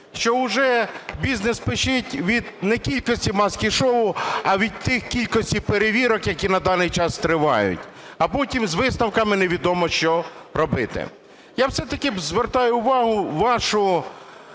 що вже бізнес "пищить" від не кількості "маски-шоу", а від тієї кількості перевірок, які на даний час тривають, а потім з висновками невідомо що робити. Я все-таки звертаю увагу вашу